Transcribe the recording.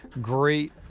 Great